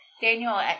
Daniel